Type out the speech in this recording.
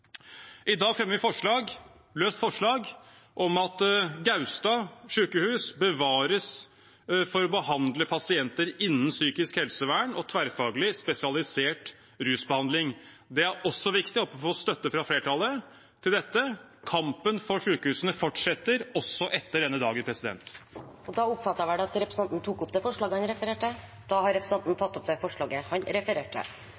I dag fremmer vi et forslag om at Gaustad sykehus bevares for å behandle pasienter innenfor psykisk helsevern og tverrfaglig, spesialisert rusbehandling. Det er viktig at vi får støtte fra flertallet også til dette. Kampen for sykehusene fortsetter også etter denne dagen. Representanten Bjørnar Moxnes har tatt opp det forslaget han refererte